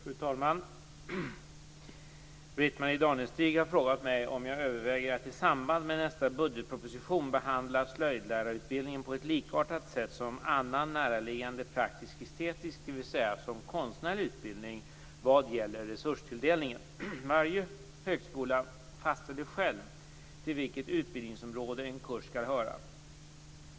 Fru talman! Britt-Marie Danestig har frågat mig om jag överväger att i samband med nästa budgetproposition behandla slöjdlärarutbildningen på ett likartat sätt som annan näraliggande praktisk-estetisk, dvs. Varje högskola fastställer själv till vilket utbildningsområde en kurs skall höra.